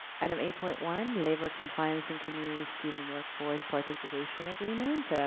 item eight point one, labor compliance and community student workforce participation agreement.